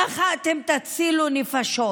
כך אתם תצילו נפשות.